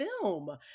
film